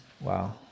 Wow